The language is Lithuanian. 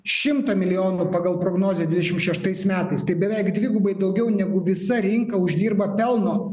šimtą milijonų pagal prognozę dvidešimt šeštais metais tai beveik dvigubai daugiau negu visa rinka uždirba pelno